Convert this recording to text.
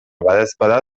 badaezpada